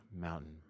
mountain